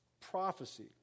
prophecy